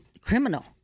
criminal